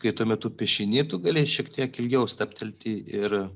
kai tuo metu piešiny tu gali šiek tiek ilgiau stabtelti ir